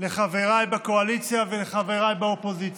לחבריי בקואליציה ולחבריי באופוזיציה: